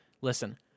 Listen